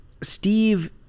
Steve